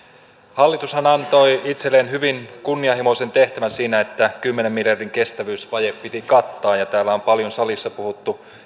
hallitushan antoi itselleen hyvin kunnianhimoisen tehtävän siinä että kymmenen miljardin kestävyysvaje piti kattaa täällä on paljon salissa puhuttu